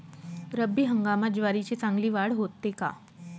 रब्बी हंगामात ज्वारीची चांगली वाढ होते का?